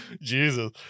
Jesus